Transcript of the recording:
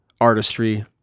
artistry